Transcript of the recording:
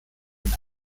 den